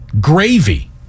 gravy